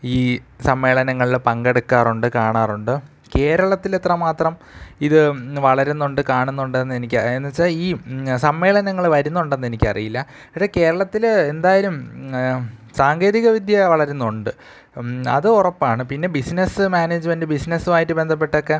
ഈ സമ്മേളനങ്ങളിൽ പങ്കെടുക്കാറുണ്ട് കാണാറുണ്ട് കേരളത്തിൽ എത്ര മാത്രം ഇത് വളരുന്നുണ്ട് കാണുന്നുണ്ട് എന്ന് എനിക്ക് എന്ന് വെച്ചാൽ ഈ സമ്മേളനങ്ങൾ വരുന്നുണ്ട് എന്ന് എനിക്ക് അറിയില്ല പക്ഷേ കേരളത്തിൽ എന്തായാലും സാങ്കേതിക വിദ്യ വളരുന്നുണ്ട് അത് ഉറപ്പാണ് പിന്നെ ബിസിനസ് മാനേജ്മെൻറ് ബിസിനസ്സും ആയിട്ട് ബന്ധപ്പെട്ടൊക്കെ